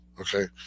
Okay